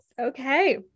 Okay